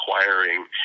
acquiring